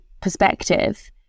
perspective